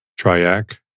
TRIAC